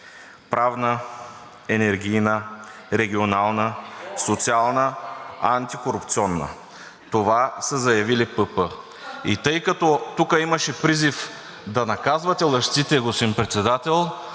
Правна, Енергийна, Регионална, Социална, Антикорупционна – това са заявили ПП. И тъй като тук имаше призив да наказвате лъжците, господин Председател,